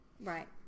right